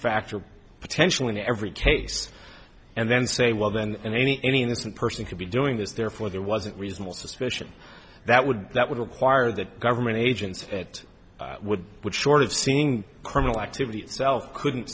factual potential in every case and then say well then any any innocent person could be doing this therefore there wasn't reasonable suspicion that would that would require that government agents that would would short of seeing criminal activity itself couldn't